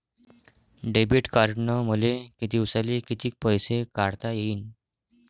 Debit कार्डनं मले दिवसाले कितीक पैसे काढता येईन?